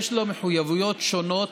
יש לו מחויבויות שונות